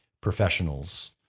professionals